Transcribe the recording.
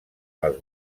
els